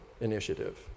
initiative